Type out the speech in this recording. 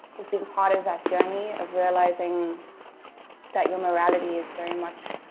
has been part of that journey of realizing that your morality is very much